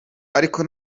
ariko